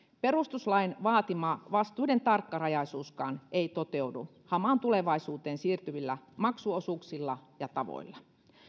perustuslain vaatima vastuiden tarkkarajaisuuskaan ei toteudu hamaan tulevaisuuteen siirtyvillä maksuosuuksilla ja tavoilla